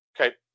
Okay